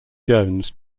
jones